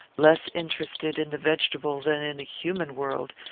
less interested in the vegetable than in the human world,